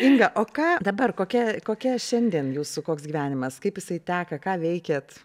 inga o ką dabar kokia kokia šiandien jūsų koks gyvenimas kaip jisai teka ką veikiat